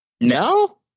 No